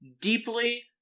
deeply